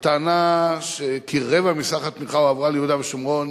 הטענה שכרבע מסך התמיכה הועברה ליהודה ושומרון